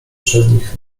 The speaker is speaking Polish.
przednich